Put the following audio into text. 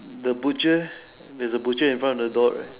the butcher there's a butcher in front of the door right